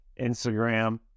instagram